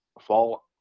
fall